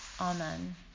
Amen